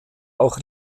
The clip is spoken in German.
auch